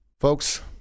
Folks